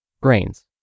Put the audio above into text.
grains